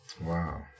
Wow